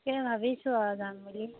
তাকে ভাবিছোঁ আৰু যাম বুলি